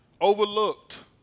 overlooked